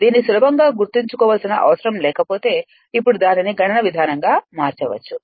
దీన్ని సులభంగా గుర్తుంచుకోవాల్సిన అవసరం లేకపోతే ఇప్పుడు దానిని గణన విధానంగా మార్చవచ్చు